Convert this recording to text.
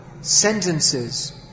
sentences